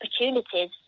opportunities